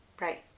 Right